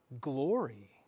glory